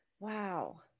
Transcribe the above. Wow